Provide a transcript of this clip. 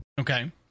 Okay